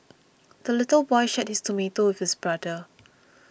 the little boy shared his tomato with his brother